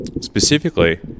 specifically